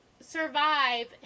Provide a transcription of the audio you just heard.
survive